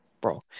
Bro